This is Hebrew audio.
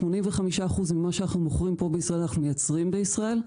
85% ממה שאנחנו מוכרים פה בישראל אנחנו מיצרים פה בישראל,